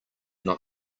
not